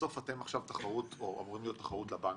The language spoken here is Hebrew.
בסוף אתם אמורים להיות תחרות לבנקים.